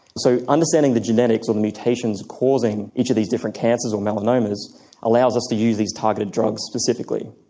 so understanding the genetics or the mutations causing each of these different cancers or melanomas allows us to use these targeted drugs specifically.